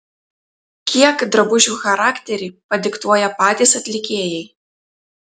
kiek drabužių charakterį padiktuoja patys atlikėjai